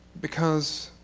because